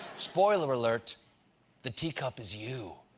spoiler alert the teacup is you.